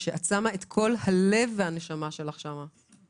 שאת שמה את כל הלב והנשמה שלך שם.